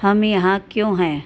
हम यहाँ क्यों हैं